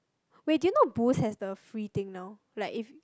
wait do you know Boost has the free thing now like if